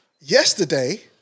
Yesterday